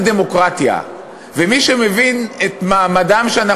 דמוקרטיה ומי שמבין את מעמדם של לובשי המדים,